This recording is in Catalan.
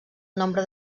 nombre